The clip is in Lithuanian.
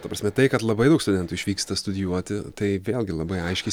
ta prasme tai kad labai daug studentų išvyksta studijuoti tai vėlgi labai aiškiai